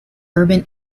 urban